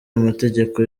amategeko